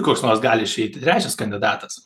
koks nors gali išeit trečias kandidatas